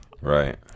Right